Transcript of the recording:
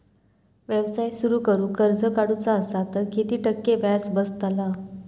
व्यवसाय सुरु करूक कर्ज काढूचा असा तर किती टक्के व्याज बसतला?